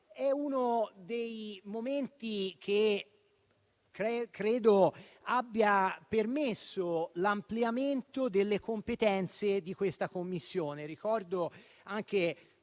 è uno dei momenti che credo abbia permesso l'ampliamento delle competenze di questa Commissione.